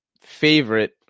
favorite